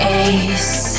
ace